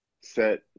set